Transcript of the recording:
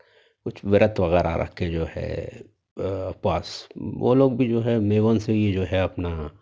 کچھ ورت وغیرہ رکھ کے جو ہے اپواس وہ لوگ بھی جو ہے میووں سے ہی جو ہے اپنا